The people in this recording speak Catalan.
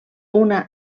una